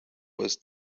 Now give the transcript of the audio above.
was